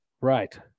Right